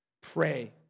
Pray